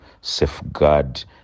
safeguard